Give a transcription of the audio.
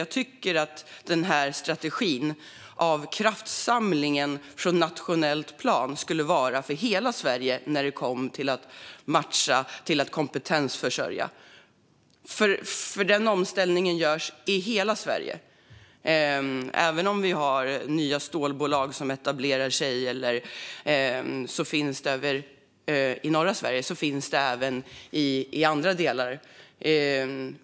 Jag tycker att strategin med kraftsamling från nationell plan borde vara för hela Sverige när det kommer till att matcha och kompetensförsörja. Denna omställning görs ju i hela Sverige. Även om vi har nya stålbolag som etablerar sig i norra Sverige finns det också projekt i andra delar av landet.